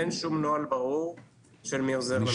אין שום נוהל ברור של מי עוזר למשפחה.